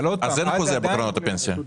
אם כן, בקרנות הפנסיה אין חוזה..